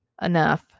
enough